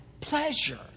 pleasure